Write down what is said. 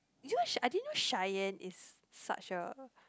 you know Che~ I didn't know Cheyanne is such a